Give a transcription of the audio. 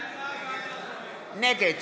נגד